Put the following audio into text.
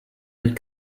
mit